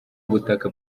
ubutaka